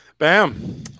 Bam